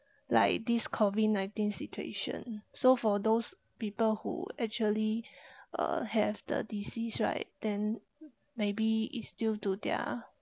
like this COVID-nineteen situation so for those people who actually uh have the disease right then maybe is due to their